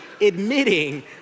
admitting